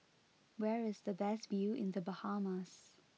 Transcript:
where is the best view in the Bahamas